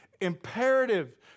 imperative